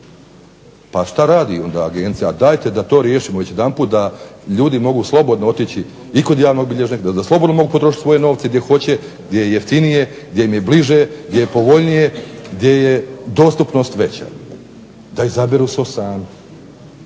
Pa šta radi onda agencija? Dajte da to riješimo već jedanput da ljudi mogu slobodno otići i kod javnog bilježnika, da slobodno mogu potrošiti svoje novce gdje hoće, gdje je jeftinije, gdje im je bliže, gdje je povoljnije, gdje je dostupnost veća da izaberu to sami.